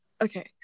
Okay